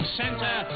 center